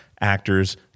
actors